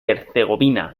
herzegovina